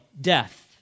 death